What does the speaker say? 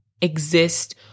exist